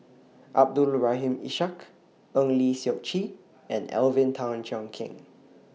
Abdul Rahim Ishak Eng Lee Seok Chee and Alvin Tan Cheong Kheng